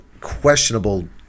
questionable